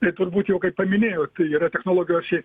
tai turbūt jau kaip paminėjo tai yra technologijos šiais